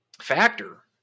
factor